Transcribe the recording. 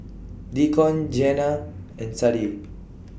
Deacon Jeana and Sadye